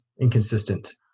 inconsistent